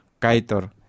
Kaitor